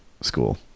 school